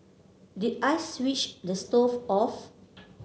did I switch the stove off